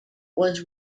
was